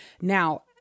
now